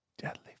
Deadly